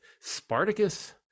spartacus